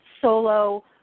solo